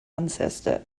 ancestor